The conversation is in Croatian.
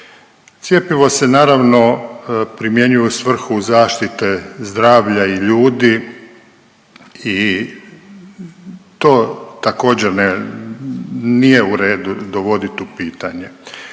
cjepivo se, naravno, primjenjuje u svrhu zaštite zdravlja i ljudi i to također, ne, nije u redu dovoditi u pitanje.